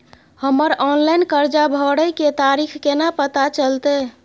हमर ऑनलाइन कर्जा भरै के तारीख केना पता चलते?